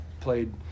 played